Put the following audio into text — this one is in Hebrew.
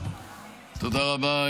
תודה רבה.